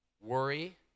worry